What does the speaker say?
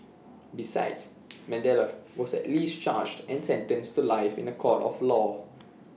besides Mandela was at least charged and sentenced to life in A court of law